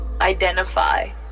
identify